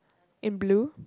in blue